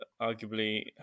arguably